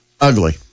ugly